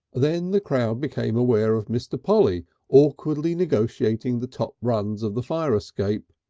then the crowd became aware of mr. polly awkwardly negotiating the top rungs of the fire escape.